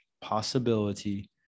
possibility